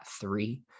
three